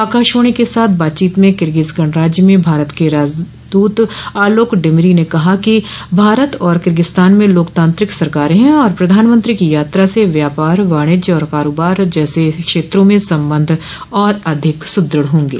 आकाशवाणी के साथ बातचीत में किरगिज गणराज्य में भारत के राजदूत आलोक डिमरी ने कहा कि भारत और किर्गिस्तान में लोकतांत्रिक सरकारें हैं और प्रधानमंत्री की यात्रा से व्यापार वाणिज्य और कारोबार जैसे क्षेत्रों में संबंध और अधिक सुदृढ़ होंगे